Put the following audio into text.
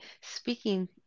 speaking